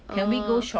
orh